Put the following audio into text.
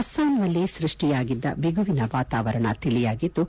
ಅಸ್ಲಾಂನಲ್ಲಿ ಸೃಷ್ಟಿಯಾಗಿದ್ದ ಬಿಗುವಿನ ವಾತಾವರಣ ತಿಳಿಯಾಗಿದ್ದು